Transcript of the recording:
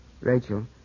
Rachel